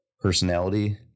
personality